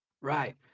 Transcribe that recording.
Right